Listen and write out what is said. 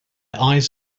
eyes